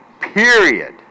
period